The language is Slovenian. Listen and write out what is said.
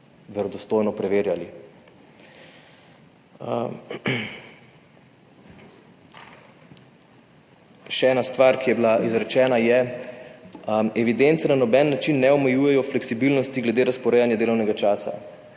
verodostojno preverjali. Še ena stvar, ki je bila izrečena, je, evidence na noben način ne omejujejo fleksibilnosti glede razporejanja delovnega časa.